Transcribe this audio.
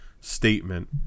statement